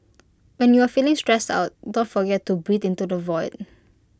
when you are feeling stressed out don't forget to breathe into the void